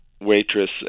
waitress